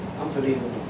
Unbelievable